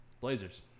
Blazers